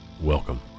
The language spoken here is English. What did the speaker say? Welcome